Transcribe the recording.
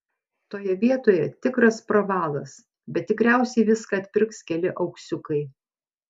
toje vietoje tikras pravalas bet tikriausiai viską atpirks keli auksiukai